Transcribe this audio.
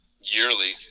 yearly